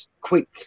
quick